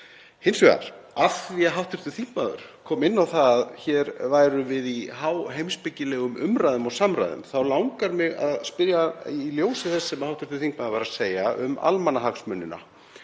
Hins vegar, af því að hv. þingmaður kom inn á það að hér værum við í háheimspekilegum umræðum og samræðum þá langar mig að spyrja, í ljósi þess sem hv. þingmaður var að segja um almannahagsmunina